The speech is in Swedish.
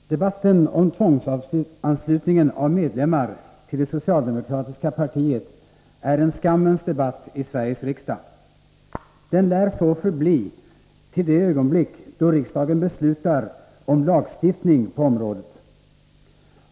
Herr talman! Debatten om tvångsanslutningen av medlemmar till det socialdemokratiska partiet är en skammens debatt i Sveriges riksdag. Den lär så förbli till det ögonblick då riksdagen beslutar om lagstiftning på området.